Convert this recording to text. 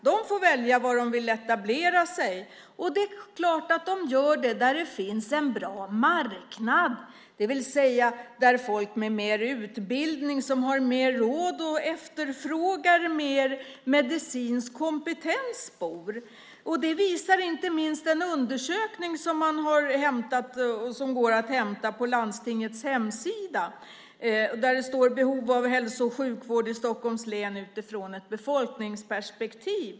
De får välja var de vill etablera sig. Det är klart att de gör det där det finns en bra marknad, det vill säga där det bor folk med högre utbildning som har mer råd och som efterfrågar mer medicinsk kompetens. Det visar inte minst den undersökning som går att hämta på landstingets hemsida om behov av hälso och sjukvård i Stockholms län utifrån ett befolkningsperspektiv.